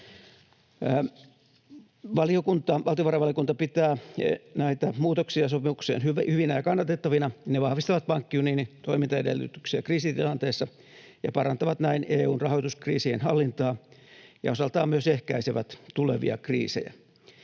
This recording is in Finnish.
Valtiovarainvaliokunta pitää näitä muutoksia sopimukseen hyvinä ja kannatettavina. Ne vahvistavat pankkiunionin toimintaedellytyksiä kriisitilanteessa ja parantavat näin EU:n rahoituskriisien hallintaa ja osaltaan myös ehkäisevät tulevia kriisejä.